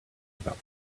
about